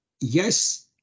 yes